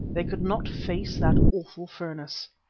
they could not face that awful furnace.